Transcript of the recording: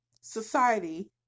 society